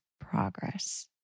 progress